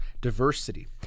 diversity